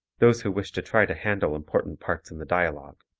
those who wish to try to handle important parts in the dialogue.